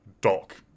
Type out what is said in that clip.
Doc